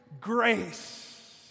grace